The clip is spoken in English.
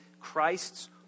Christ's